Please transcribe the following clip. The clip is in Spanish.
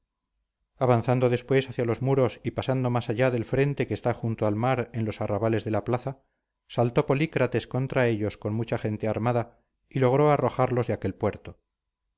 avanzando después hacia los muros y pasando más allá del frente que está junto al mar en los arrabales de la plaza saltó polícrates contra ellos con mucha gente armada y logró arrojarlos de aquel puerto